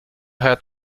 hat